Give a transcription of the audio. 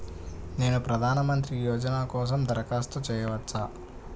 నేను ప్రధాన మంత్రి యోజన కోసం దరఖాస్తు చేయవచ్చా?